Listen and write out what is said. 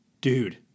Dude